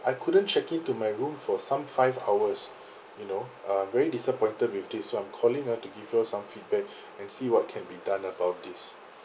I couldn't check in to my room for some five hours you know I'm very disappointed with this so I'm calling ah to give you all some feedback and see what can be done about this